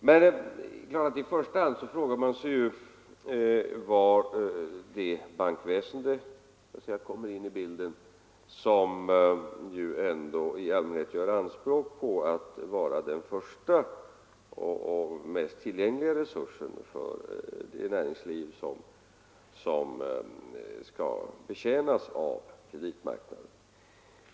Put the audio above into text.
Men vad man i första hand frågar sig i detta sammanhang är var bankväsendet kommer in. Bankväsendet gör ju i allmänhet anspråk på att vara den första och mest tillgängliga resursen för det näringsliv som skall betjänas av kreditmarknaden.